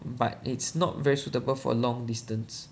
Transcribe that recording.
but it's not very suitable for long distance